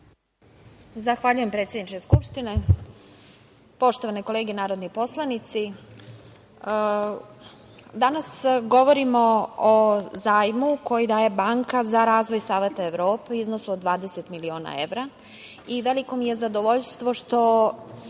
Zahvaljujem, predsedniče Skupštine. Poštovane kolege narodni poslanici, danas govorimo o zajmu koji daje Banka za razvoj Saveta Evrope u iznosu od 20 miliona evra i veliko mi je zadovoljstvo što